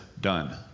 done